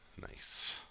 Nice